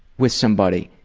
with somebody.